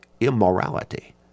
immorality